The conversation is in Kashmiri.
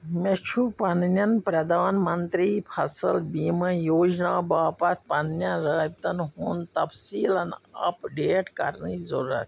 مےٚ چھُ پننیٚن پرٛدھان منترٛی فصٕل بیٖمہ یوجنا باپتھ پننیٚن رٲبطن ہُنٛد تفصیٖلاً اپ ڈیٹ کرنٕچ ضروٗرت